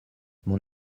mon